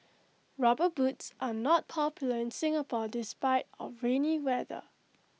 rubber boots are not popular in Singapore despite our rainy weather